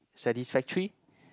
satisfactory